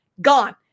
gone